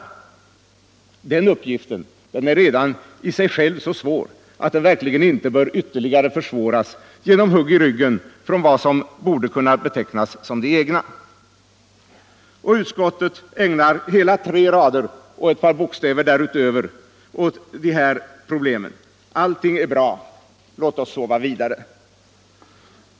Den uppgiften är redan i sig själv så svår, att den verkligen inte bör ytterligare försvåras genom hugg i ryggen från vad som borde kunna betecknas som de egna. Utskottet ägnar hela tre rader och ett par bokstäver därutöver åt den här motionen: Allt är bra. Låt oss sova vidare.